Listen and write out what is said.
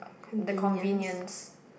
the convenience